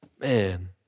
Man